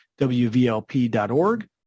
WVLP.org